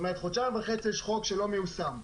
במשך כל התקופה הזו יש חוק שאינו מיושם.